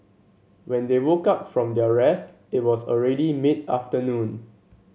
when they woke up from their rest it was already mid afternoon